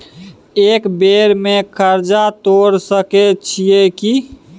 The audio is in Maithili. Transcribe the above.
एक बेर में कर्जा तोर सके छियै की?